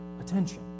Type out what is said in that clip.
attention